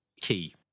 Key